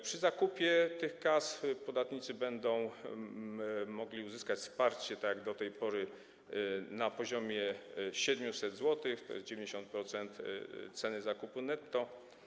Przy zakupie tych kas podatnicy będą mogli uzyskać wsparcie, tak jak do tej pory, na poziomie 700 zł, tj. 90% ceny zakupu netto.